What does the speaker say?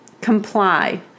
Comply